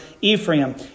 Ephraim